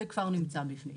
זה כבר נמצא בפנים.